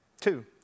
two